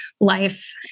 life